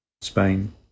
Spain